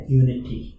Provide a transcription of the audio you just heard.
unity